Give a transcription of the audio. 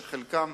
שחלקם